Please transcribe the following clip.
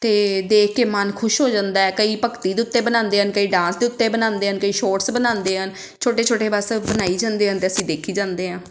ਅਤੇ ਦੇਖ ਕੇ ਮਨ ਖੁਸ਼ ਹੋ ਜਾਂਦਾ ਕਈ ਭਗਤੀ ਦੇ ਉੱਤੇ ਬਣਾਉਂਦੇ ਹਨ ਕਈ ਡਾਂਸ ਦੇ ਉੱਤੇ ਬਣਾਉਂਦੇ ਹਨ ਕਈ ਸ਼ੋਰਟਸ ਬਣਾਉਂਦੇ ਹਨ ਛੋਟੇ ਛੋਟੇ ਬਸ ਬਣਾਈ ਜਾਂਦੇ ਹਨ ਅਤੇ ਅਸੀਂ ਦੇਖੀ ਜਾਂਦੇ ਹਾਂ